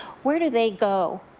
where do they go.